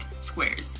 squares